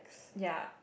ya